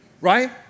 right